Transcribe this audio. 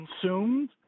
consumed